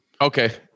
okay